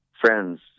friends